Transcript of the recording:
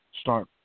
start